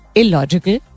illogical